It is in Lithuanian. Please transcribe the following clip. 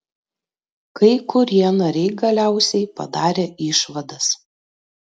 kai kurie nariai galiausiai padarė išvadas